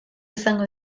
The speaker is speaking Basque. izango